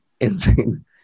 insane